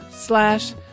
slash